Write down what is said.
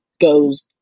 goes –